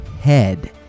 head